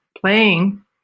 playing